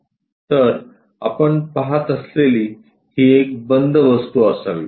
तर आपण पाहत असलेली ही एक बंद वस्तू असावी